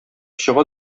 чыга